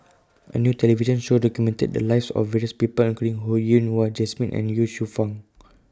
A New television Show documented The Lives of various People including Ho Yen Wah Jesmine and Ye Shufang